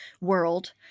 world